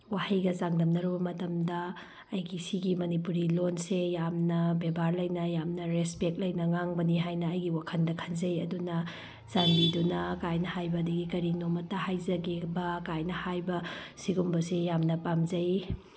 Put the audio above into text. ꯋꯥꯍꯩꯒ ꯆꯥꯡꯗꯝꯅꯔꯨꯕ ꯃꯇꯝꯗ ꯑꯩꯒꯤ ꯁꯤꯒꯤ ꯃꯅꯤꯄꯨꯔꯤ ꯂꯣꯟꯁꯦ ꯌꯥꯝꯅ ꯕꯦꯕꯥꯔ ꯂꯩꯅ ꯌꯥꯝꯅ ꯔꯦꯁꯄꯦꯛ ꯂꯩꯅ ꯉꯥꯡꯕꯅꯤ ꯍꯥꯏꯅ ꯑꯩꯒꯤ ꯋꯥꯈꯟꯗ ꯈꯟꯖꯩ ꯑꯗꯨꯅ ꯆꯥꯟꯕꯤꯗꯨꯅꯒꯥꯏꯅ ꯍꯥꯏꯕꯗꯒꯤ ꯀꯔꯤꯅꯣꯝꯃꯇ ꯍꯥꯏꯖꯒꯦꯕ ꯒꯥꯏꯅ ꯍꯥꯏꯕ ꯁꯤꯒꯨꯝꯕꯁꯦ ꯌꯥꯝꯅ ꯄꯥꯝꯖꯩ